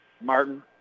Martin